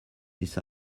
this